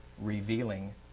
revealing